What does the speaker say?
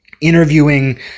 interviewing